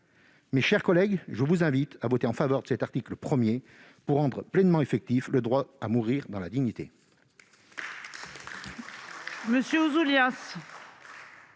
Mes chers collègues, je vous invite à voter en faveur de cet article 1 pour rendre pleinement effectif le droit à mourir dans la dignité.